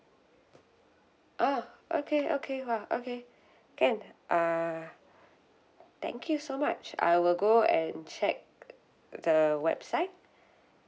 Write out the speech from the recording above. oh okay okay !wah! okay can uh thank you so much I will go and check the website